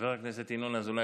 חבר הכנסת ינון אזולאי,